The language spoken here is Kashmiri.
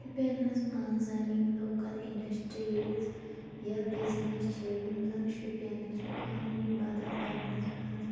شُپینَس منٛز زَن یِم لوکَل اِنٛڈَسٹریٖز یا بِزنِس چھِ یِم زَن شُپینٕچ اِکانٕمی مدتھ کَرنَس منٛز